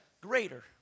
Greater